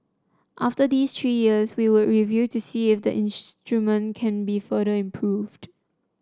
after these three years we would review to see if the instrument can be further improved